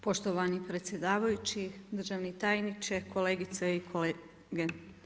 Poštovani predsjedavajući, državni tajniče, kolegice i kolege.